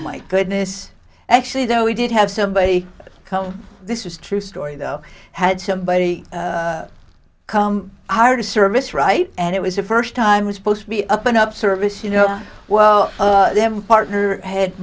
my goodness actually though we did have somebody come this was true story though had somebody come out of service right and it was the first time was supposed to be up an up service you know well they have a partner head